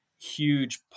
huge